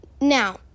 Now